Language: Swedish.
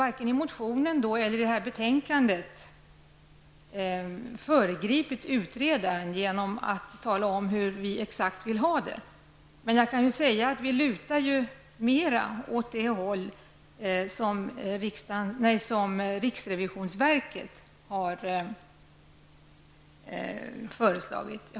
Varken i motionen eller i betänkandet har vi föregripit utredaren genom att tala om exakt hur vi vill ha det. Jag kan dock säga att vi lutar mera åt det håll som riksrevisionsverket har föreslagit.